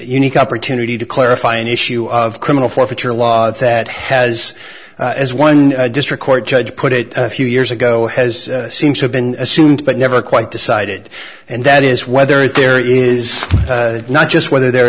unique opportunity to clarify an issue of criminal forfeiture law that has as one district court judge put it a few years ago has seem to have been assumed but never quite decided and that is whether there is not just whether there